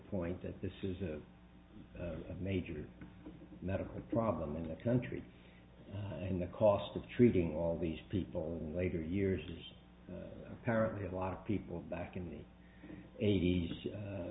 point that this is a major medical problem in this country and the cost of treating all these people in later years is apparently a lot of people back in the eight